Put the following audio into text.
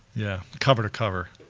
yeah, cover to cover.